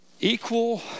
Equal